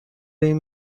این